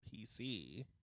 PC